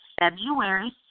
February